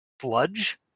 sludge